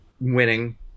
winning